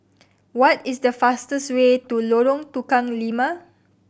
what is the fastest way to Lorong Tukang Lima